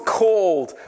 called